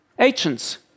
Agents